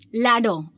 ladder